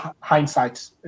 hindsight